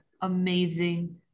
amazing